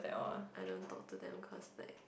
I don't talk to them cause like